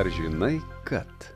ar žinai kad